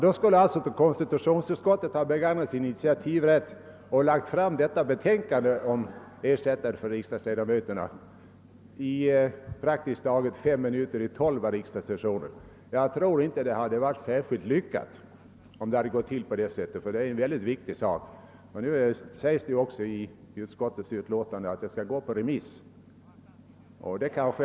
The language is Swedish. Då skulle alltså konstitutionsutskottet i stället ha begagnat sin initiativrätt och presterat ett utlåtande om ersättare för riksdagsledamöterna praktiskt taget fem minuter i tolv under riksdagssessionen. Jag tror inte det hade varit särskilt lyckat om det hade gått till på det sättet. Det här är en mycket viktig reform. Nu framhålles också i utskottsutlåtandet att grundlagberedningens förslag skall gå på remiss.